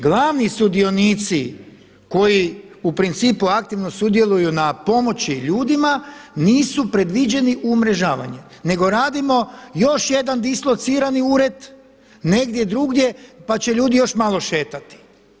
Glavni sudionici koji u principu aktivno sudjeluju na pomoći ljudima nisu predviđeni umrežavanjem nego radimo još jedan dislocirani ured negdje drugdje pa će ljudi još malo šetati.